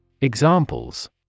Examples